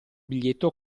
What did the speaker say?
biglietto